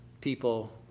people